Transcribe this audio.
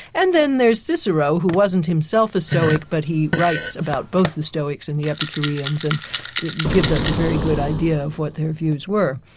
and then there's cicero, who wasn't himself a stoic but he writes about both the stoics and the epicureans and gives us a very good idea of what their views were.